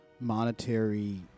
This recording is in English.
monetary